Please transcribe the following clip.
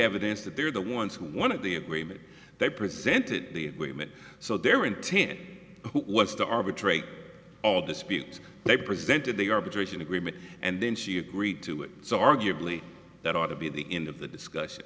evidence that they're the ones who one of the agreement they presented the agreement so their intent was to arbitrate all dispute they presented the arbitration agreement and then she agreed to it so arguably that ought to be the end of the discussion